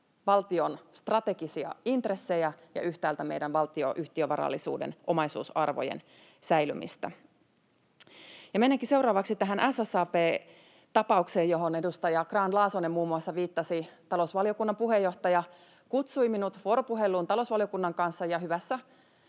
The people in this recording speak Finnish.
valtion strategisia intressejä ja yhtäältä meidän valtionyhtiövarallisuuden omaisuusarvojen säilymistä. Menenkin seuraavaksi tähän SSAB-tapaukseen, johon muun muassa edustaja Grahn-Laasonen viittasi. Talousvaliokunnan puheenjohtaja kutsui minut vuoropuheluun talousvaliokunnan kanssa, ja hyvässä